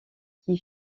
qui